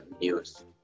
news